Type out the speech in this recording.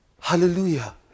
Hallelujah